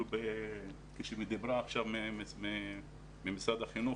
כשדיברה עכשיו ממשרד החינוך,